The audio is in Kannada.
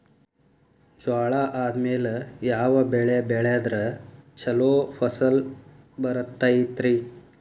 ಜ್ವಾಳಾ ಆದ್ಮೇಲ ಯಾವ ಬೆಳೆ ಬೆಳೆದ್ರ ಛಲೋ ಫಸಲ್ ಬರತೈತ್ರಿ?